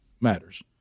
matters